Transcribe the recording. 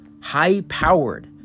high-powered